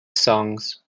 songs